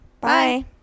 Bye